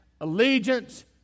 allegiance